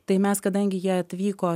tai mes kadangi jie atvyko